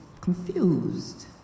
confused